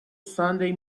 sunday